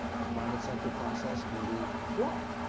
the private sector process can be flawed,